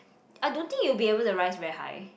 I don't think you'll be able to rise very high